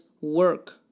work